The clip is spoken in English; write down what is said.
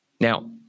Now